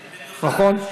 נכון?